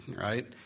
right